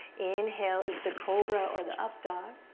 inhale is the cobra or the up dog.